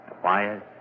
Quiet